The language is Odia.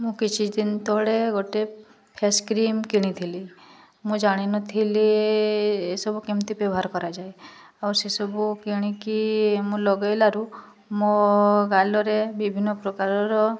ମୁଁ କିଛିଦିନ ତଳେ ଗୋଟେ ଫେସ୍ କ୍ରିମ୍ କିଣିଥିଲି ମୁଁ ଜାଣିନଥିଲି ଏସବୁ କେମିତି ବ୍ୟବହାର କରାଯାଏ ଆଉ ସେସବୁ କିଣିକି ମୁଁ ଲଗାଇଲାରୁ ମୋ ଗାଲରେ ବିଭିନ୍ନ ପ୍ରକାରର